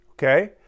Okay